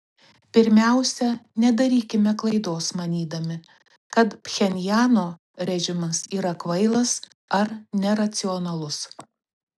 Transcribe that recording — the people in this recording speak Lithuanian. pirmiausia nedarykime klaidos manydami kad pchenjano režimas yra kvailas ar neracionalus